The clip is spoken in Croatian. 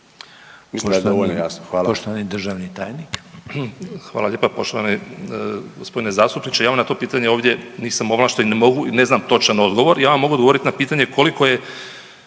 **Reiner, Željko (HDZ)** Poštovani državni tajnik. **Katić, Žarko** Hvala lijepo poštovani g. zastupniče. Ja vam na to pitanje ovdje nisam ovlašten, ne mogu i ne znam točan odgovor. Ja vam mogu odgovoriti na pitanje koliko je